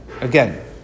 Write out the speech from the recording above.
again